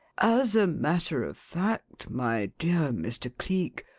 as a matter of fact, my dear mr. cleek,